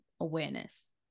awareness